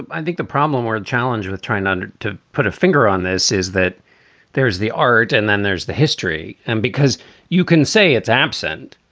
i think the problem or the challenge with trying to and to put a finger on this is that there is the art and then there's the history. and because you can say it's absent,